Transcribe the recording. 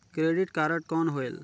Credit card कौन होएल?